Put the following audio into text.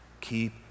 Keep